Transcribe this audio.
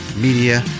Media